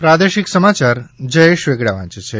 પ્રાદેશિક સમાચાર જયેશ વેગડા વાંચે છે